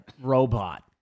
robot